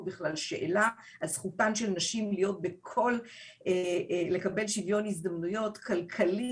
בכלל שאלה ועל זכותן של נשים לקבל שוויון הזדמנויות בכל,